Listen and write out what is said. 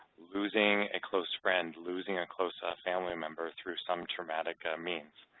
losing a close friend, losing a close ah family member through some traumatic um means.